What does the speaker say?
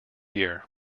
year